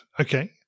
Okay